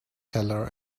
teller